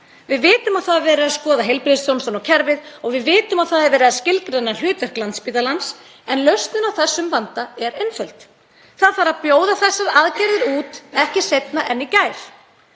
Við vitum að verið er að skoða heilbrigðisþjónustuna og kerfið og við vitum að verið er að skilgreina hlutverk Landspítalans. En lausnin á þessum vanda er einföld: Það þarf að bjóða þessar aðgerðir út ekki seinna en í gær.